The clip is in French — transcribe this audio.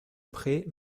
prés